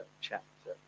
chapter